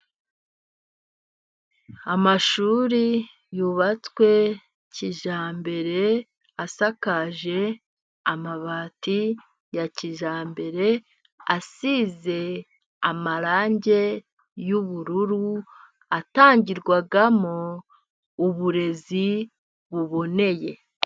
Amashuri yubatswe kijyambere, asakaje amabati ya kijyambere, asize amarangi y'ubururu . Atangirwamo uburezi buboneye.